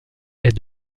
est